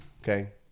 okay